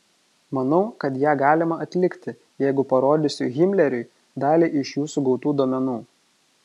manau kad ją galima atlikti jeigu parodysiu himleriui dalį iš jūsų gautų duomenų